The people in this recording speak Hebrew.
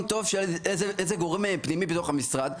טוב של גורם כלשהו פנימי בתוך המשרד.